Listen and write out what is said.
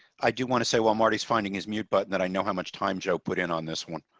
i do want to say well marty's finding is mute button that i know how much time joe put in on this one.